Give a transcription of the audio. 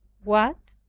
what!